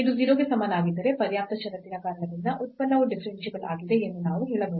ಇದು 0 ಗೆ ಸಮನಾಗಿದ್ದರೆ ಪರ್ಯಾಪ್ತ ಷರತ್ತಿನ ಕಾರಣದಿಂದ ಉತ್ಪನ್ನವು ಡಿಫರೆನ್ಸಿಬಲ್ ಆಗಿದೆ ಎಂದು ನಾವು ಹೇಳಬಹುದು